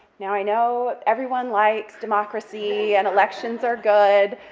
now, i know everyone likes democracy and elections are good,